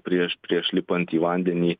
prieš prieš lipant į vandenį